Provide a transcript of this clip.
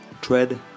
Tread